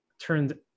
turned